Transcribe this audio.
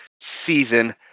season